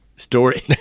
Story